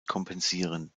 kompensieren